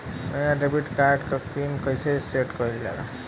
नया debit card क pin कईसे सेट कईल जाला?